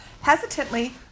hesitantly